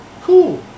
cool